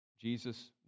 Jesus